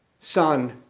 son